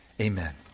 Amen